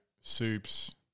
soups